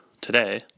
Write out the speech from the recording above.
today